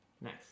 Nice